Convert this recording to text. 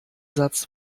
satz